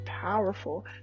powerful